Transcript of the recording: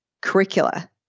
curricula